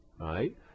right